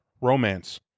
romance